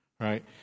right